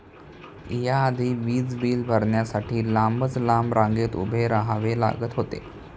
या आधी वीज बिल भरण्यासाठी लांबच लांब रांगेत उभे राहावे लागत होते